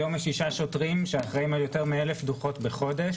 היום יש שישה שוטרים שאחראים על יותר מאלף דוחות בחודש,